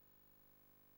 אין מתנגדים, אין נמנעים.